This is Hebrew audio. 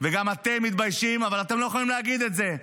וגם אתם מתביישים, אבל אתם לא יכולים להגיד את זה.